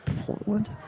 Portland